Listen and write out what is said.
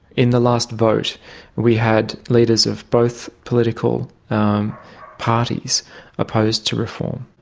in the last vote we had leaders of both political parties opposed to reform.